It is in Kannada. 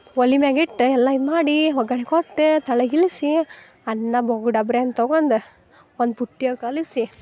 ಒಲೆ ಮ್ಯಾಗಿಟ್ಟು ಎಲ್ಲಾ ಇದ್ಮಾಡಿ ಒಗ್ಗರ್ಣೆ ಕೊಟ್ಟು ಕೆಳಗಿಳಿಸಿ ಅನ್ನ ಬಗು ಡಬ್ರಿಯನ್ನು ತಗೊಂಡು ಒಂದು ಪುಟ್ಟಿಯಾಗೆ ಕಲಿಸಿ